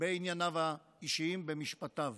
בענייניו האישיים, במשפטיו.